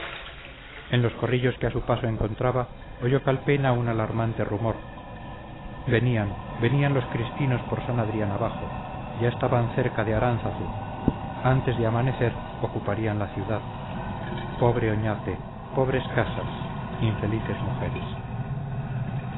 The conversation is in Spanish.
en los corrillos que a su paso encontraba oyó calpena un alarmante rumor venían venían los cristinos por san adrián abajo ya estaban cerca de aránzazu antes de amanecer ocuparían la ciudad pobre oñate pobres casas infelices mujeres